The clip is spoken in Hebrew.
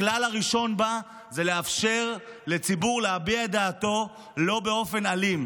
הכלל הראשון בה זה לאפשר לציבור להביע את דעתו באופן לא אלים.